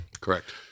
Correct